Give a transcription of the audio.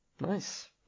Nice